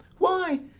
why,